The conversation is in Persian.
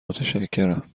متشکرم